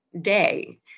day